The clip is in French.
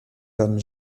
comme